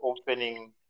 opening